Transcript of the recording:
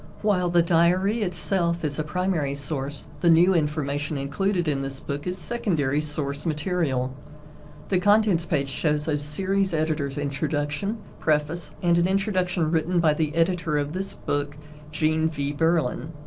while the diary itself is a primary source, the new information included in this book is secondary source material the contents page shows a so series editor's introduction, preface, and an introduction written by the editor of this book jean v. berlin.